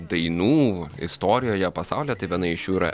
dainų istorijoje pasaulio tai viena iš jų yra